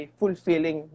fulfilling